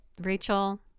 Rachel